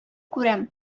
күрәм